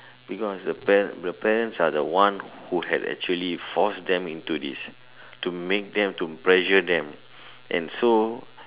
because the a the parents are the ones who had actually forced them into this to make them to pressure them and so